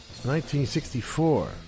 1964